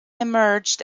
emerged